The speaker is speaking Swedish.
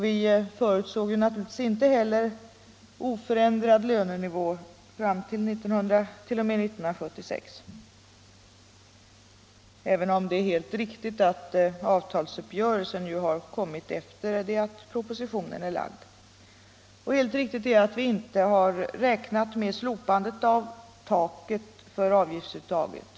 Vi förutsåg naturligtvis inte heller oförändrad lönenivå t.o.m. 1976, även om det är helt riktigt att avtalsuppgörelsen träffades efter det att propositionen hade lagts fram. Helt riktigt är också att vi inte har räknat med slopandet av taket för avgiftsuttaget.